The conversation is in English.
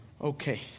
Okay